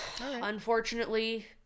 unfortunately